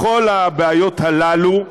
בכל הבעיות הללו,